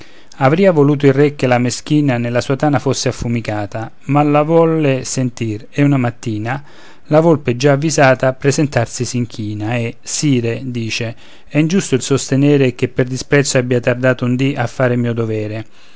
talento avria voluto il re che la meschina nella sua tana fosse affumicata ma la volle sentir e una mattina la volpe già avvisata presentasi s'inchina e sire dice è ingiusto il sostenere che per disprezzo abbia tardato un dì a fare il mio dovere